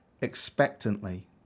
expectantly